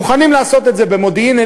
מוכנים לעשות את זה במודיעין-עילית,